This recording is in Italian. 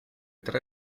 tre